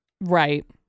Right